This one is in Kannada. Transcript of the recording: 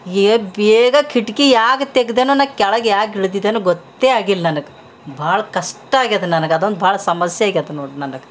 ಏಗ ಬೇಗ ಕಿಟಕಿ ಯ್ಯಾಗ ತೆಗೆದನೋ ನಾ ಕೆಳಗ ಯ್ಯಾಗ ಇಳ್ದಿದನೋ ಗೊತ್ತೇ ಆಗಿಲ್ಲ ನನ್ಗೆ ಭಾಳ ಕಷ್ಟ ಆಗ್ಯದ ನನಗೆ ಅದೊಂದು ಭಾಳ ಸಮಸ್ಯೆ ಆಗ್ಯೈತ ನೋಡು ನನಗ